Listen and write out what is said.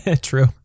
True